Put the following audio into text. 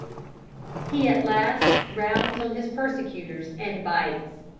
he at last rounds on his persecutors, and bites.